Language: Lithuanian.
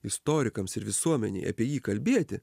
istorikams ir visuomenei apie jį kalbėti